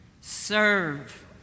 serve